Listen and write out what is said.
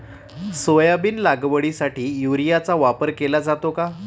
Soybean लागवडीसाठी युरियाचा वापर केला जातो का?